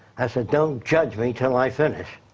i said don't judge me until i finish.